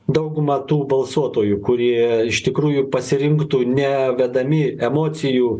dauguma tų balsuotojų kurie iš tikrųjų pasirinktų ne vedami emocijų